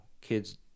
kids